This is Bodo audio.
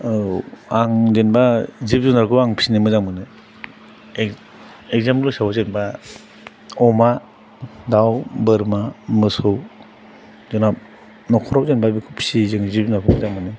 औ आं जेनेबा जिब जुनारखौ आं फिसिनो मोजां मोनो एग्जाम्पोल हिसाबै जेनेबा अमा दाउ बोरमा मोसौ जोंना न'खराव जेनेबा बेखौ फिसियो जोङो जिब जुनारखौ मोजां मोनो